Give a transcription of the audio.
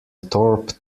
thorpe